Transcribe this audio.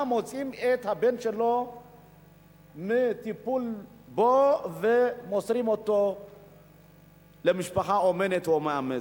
מוציאים את הבן שלו מטיפול בו ומוסרים אותו למשפחה אומנת או מאמצת.